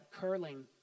curling